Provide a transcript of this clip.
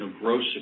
gross